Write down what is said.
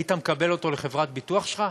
היית מקבל אותו לחברת הביטוח שלך?